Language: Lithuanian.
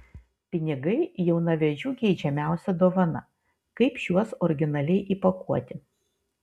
pinigai jaunavedžių geidžiamiausia dovana kaip šiuos originaliai įpakuoti